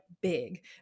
big